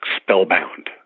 spellbound